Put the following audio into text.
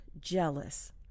jealous